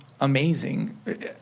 amazing